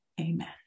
Amen